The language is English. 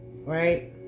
Right